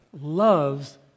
loves